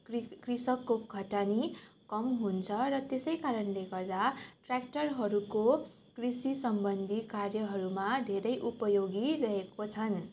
कृ कृषकको खटनी कम हुन्छ र त्यसै कारणले गर्दा ट्य्राक्टरहरूको कृषिसम्बन्धी कार्यहरूमा धेरै उपयोगी रहेको छन्